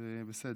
זה בסדר.